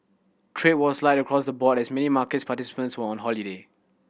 trade was light across the board as main market participants were on holiday